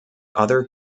other